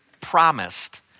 promised